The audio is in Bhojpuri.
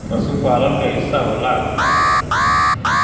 पसुपालन क हिस्सा होला